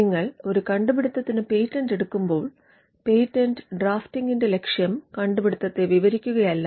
നിങ്ങൾ ഒരു കണ്ടുപിടുത്തത്തിന് പേറ്റന്റ് എടുക്കുമ്പോൾ പേറ്റന്റ് ഡ്രാഫ്റ്റിംഗിന്റെ ലക്ഷ്യം കണ്ടുപിടുത്തത്തെ വിവരിക്കുകയല്ല